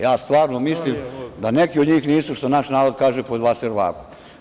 Ja stvarno mislim da neki od njih nisu, što naš narod kaže, pod vaservagu.